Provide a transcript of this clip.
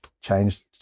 changed